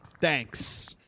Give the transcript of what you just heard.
thanks